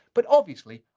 but obviously,